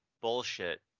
bullshit